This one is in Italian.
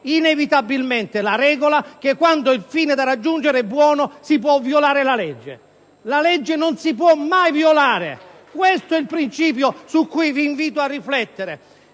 inevitabilmente la regola che, quando il fine da raggiungere è buono, si può violare la legge. La legge non si può mai violare! Questo è il principio su cui vi invito a riflettere!